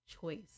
choice